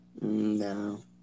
No